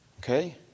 Okay